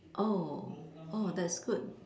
oh orh that's good